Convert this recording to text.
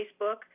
Facebook